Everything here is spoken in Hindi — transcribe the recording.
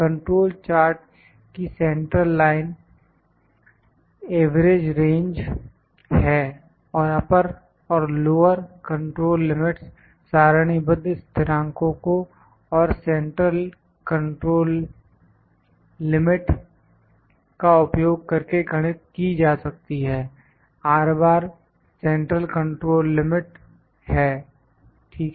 कंट्रोल चार्ट की सेंट्रल लाइन एवरेज रेंज है और अपर और लोअर कंट्रोल लिमिट्स सारणीबद्ध स्थिरांको को और सेंट्रल कंट्रोल लिमिट का उपयोग करके गणित की जा सकती हैं सेंट्रल कंट्रोल लिमिट है ठीक है